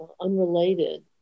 unrelated